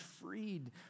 freed